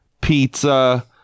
pizza